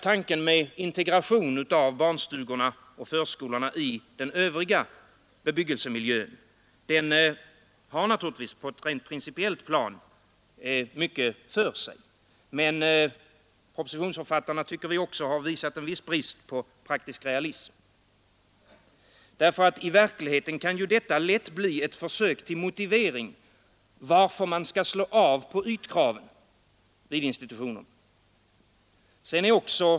Tanken på integration av förskolorna i den övriga bebyggelsemiljön har naturligtvis på ett rent principiellt plan mycket för sig. Men vi tycker också att propositionsförfattarna här visar en viss brist på praktisk realism. I verkligheten kan detta lätt bli ett försök till motivering för att slå av på ytkraven vid institutionerna.